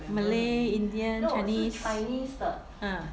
malay indian chinese ah